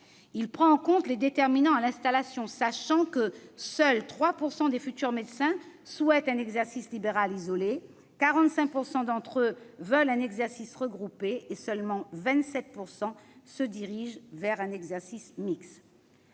Il prend en compte les déterminants à l'installation : seuls 3 % des futurs médecins souhaitent un exercice libéral isolé, 45 % d'entre eux veulent un exercice regroupé et seulement 27 % se dirigent vers un exercice mixte.